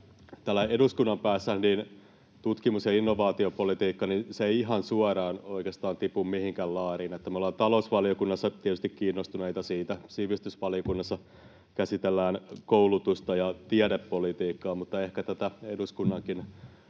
Täällä eduskunnan päässä tutkimus- ja innovaatiopolitiikka ei ihan suoraan oikeastaan tipu mihinkään laariin. Me olemme talousvaliokunnassa tietysti kiinnostuneita siitä, sivistysvaliokunnassa käsitellään koulutusta ja tiedepolitiikkaa, mutta ehkä tätä eduskunnankin